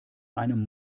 einem